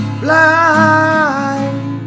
blind